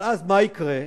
אבל אז מה יקרה?